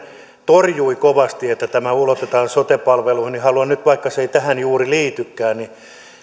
torjui kovasti että tämä ulotetaan sote palveluihin niin en ollenkaan nyt vaikka se ei tähän juuri liitykään